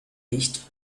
nicht